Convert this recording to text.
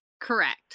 Correct